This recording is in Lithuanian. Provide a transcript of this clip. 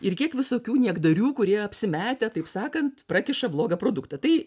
ir kiek visokių niekdarių kurie apsimetę taip sakant prakiša blogą produktą tai